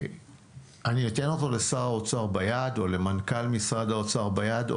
אני אתן אותו לשר האוצר ביד או למנכ"ל משרד האוצר ביד,